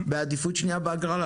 בעדיפות שניה בהגרלה.